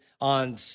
on